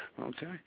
Okay